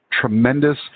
tremendous